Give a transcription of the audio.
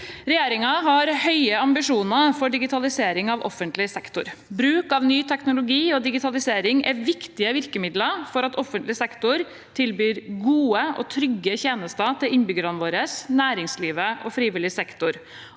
Regjeringen har høye ambisjoner for digitalisering av offentlig sektor. Bruk av ny teknologi og digitalisering er viktige virkemidler for at offentlig sektor tilbyr gode og trygge tjenester til innbyggerne våre, næringsliv og frivillig sektor,